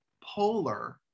polar